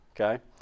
Okay